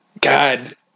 god